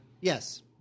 Yes